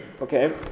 okay